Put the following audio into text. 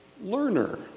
learner